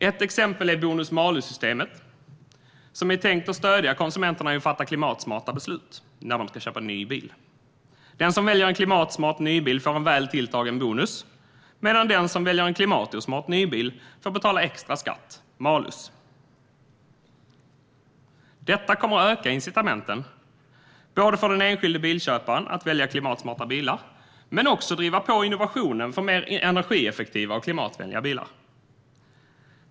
Ett exempel är bonus-malus-systemet, som är tänkt att stödja konsumenterna i att fatta klimatsmarta beslut vid nybilsköp. Den som väljer en klimatsmart nybil får en väl tilltagen bonus medan den som väljer en klimatosmart nybil får betala extra skatt, malus. Detta kommer att öka incitamenten för den enskilde bilköparen att välja klimatsmarta bilar men också driva på innovationen för mer energieffektiva och klimatvänliga bilar.